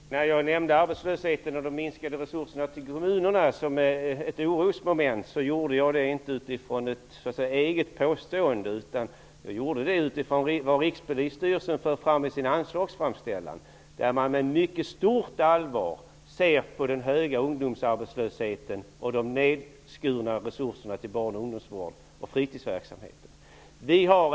Herr talman! Jag nämnde arbetslösheten och de minskade resurserna till kommunerna som orosmoment. Det gjorde jag inte utifrån ett eget påstående. Jag gjorde det utifrån vad Rikspolisstyrelsen för fram i sin anslagsframställan. Där ser man med mycket stort allvar på den höga ungdomsarbetslösheten och de nedskurna resurserna till barn och ungdomsvården och fritidsverksamheten.